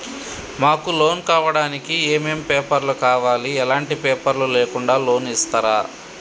మాకు లోన్ కావడానికి ఏమేం పేపర్లు కావాలి ఎలాంటి పేపర్లు లేకుండా లోన్ ఇస్తరా?